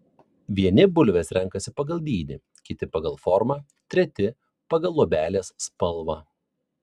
vieni bulves renkasi pagal dydį kiti pagal formą treti pagal luobelės spalvą